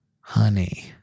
Honey